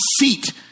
seat